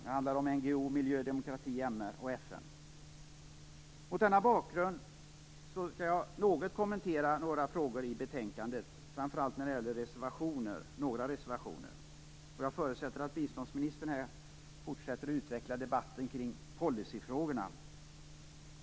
Det handlar då om NGO, miljö, demokrati, MR och FN. Mot den bakgrunden skall jag litet grand kommentera några frågor i betänkandet. Framför allt gäller det några reservationer. Jag förutsätter att biståndsministern här fortsätter och utvecklar debatten i policyfrågorna.